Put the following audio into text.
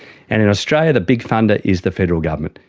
and in australia the big funder is the federal government,